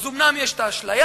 אז אומנם יש האשליה,